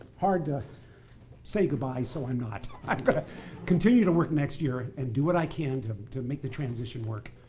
hard to say goodbye, so i'm not. i'm going to continue to work next year and do what i can to to make the transition work.